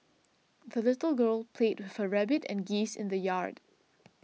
the little girl played with her rabbit and geese in the yard